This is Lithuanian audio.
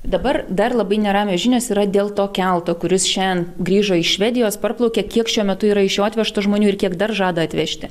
dabar dar labai neramios žinios yra dėl to kelto kuris šiandien grįžo į švedijos parplaukė kiek šiuo metu yra iš jo atvežta žmonių ir kiek dar žada atvežti